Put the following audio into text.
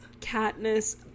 katniss